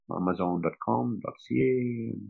amazon.com.ca